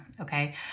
Okay